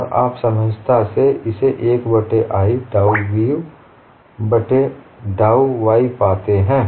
ओर आप सहजता से इसे 1 बट्टे i डाउ u बट्टे डाउ y पाते हैं